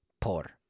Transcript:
por